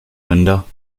window